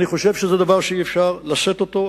אני חושב שזה דבר שאי-אפשר לשאת אותו.